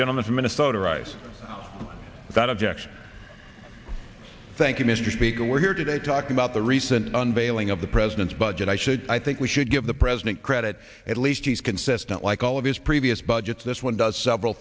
gentleman from minnesota writes that objection thank you mr speaker we're here today to talk about the recent unveiling of the president's budget i should i think we should give the president credit at least he's consistent like all of his previous budgets this one does several